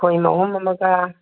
ꯈꯣꯏ ꯃꯍꯨꯝ ꯑꯃꯒ